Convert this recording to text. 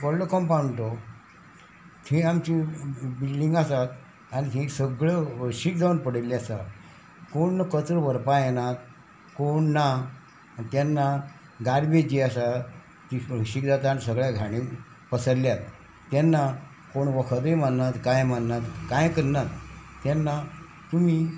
व्हडलो कंपाउंड तो थंय आमची बिल्डींग आसात आनी थंय सगळ्यो हळशीक जावन पडिल्ली आसा कोण कचरो व्हरपा येनात कोण ना तेन्ना गार्बेज जी आसा ती हळशीक जाता आनी सगळ्या घाणी पसरल्यात तेन्ना कोण वखदय माननात कांय माननात कांय करनात तेन्ना तुमी